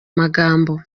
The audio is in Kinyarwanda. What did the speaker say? magambo